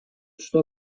что